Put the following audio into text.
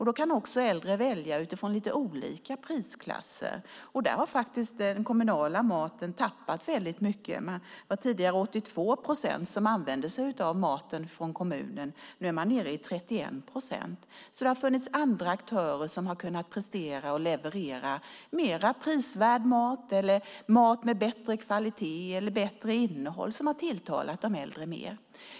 Då kan också äldre välja utifrån olika prisklasser. Där har faktiskt den kommunala maten tappat mycket. Det var tidigare 82 procent som använde maten från kommunen, nu är det nere i 31 procent. Det har funnits andra aktörer som har presterat och levererat mer prisvärd mat, mat med bättre kvalitet eller bättre innehåll som har tilltalat de äldre mer.